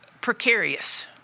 precarious